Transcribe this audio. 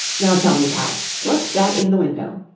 now tell me, pat, what's that in the window